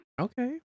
Okay